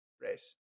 race